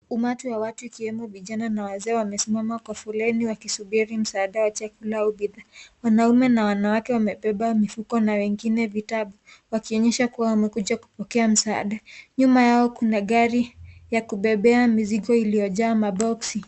Umati wa watu ukiwemo vijana na wazee wamesimama kwa foleni wakisubiri msaada wa chakula au bidhaa. Wanaume na wanawake wamebeba mifuko au vitabu wakionyesha kuwa wamekuja kupokea msaada. Nyuma yao kuna gari ya kubebea mizigo iliyojaa maboksi.